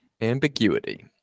ambiguity